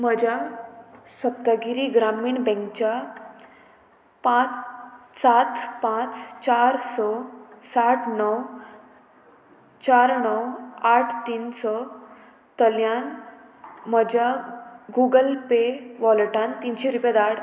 म्हज्या सप्तगिरी ग्रामीण बँकच्या पांच सात पांच चार स साठ णव चार णव आठ तीन स तल्यान म्हज्या गुगल पे वॉलेटान तिनशी रुपया धाड